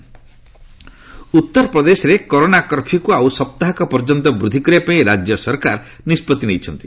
UP curfew ଉତ୍ତରପ୍ରଦେଶରେ corona କର୍ଫ୍ୟୁକୁ ଆଉ ସପ୍ତାହକ ପର୍ଯ୍ୟପ୍ତ ବୃଦ୍ଧି କରିବା ପାଇଁ ରାଜ୍ୟ ସରକାର ନିଷ୍ପତ୍ତି ନେଇଛନ୍ତି